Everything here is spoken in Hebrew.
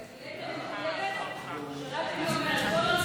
בהחלט אני מחויבת, רק אני אומרת,